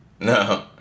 No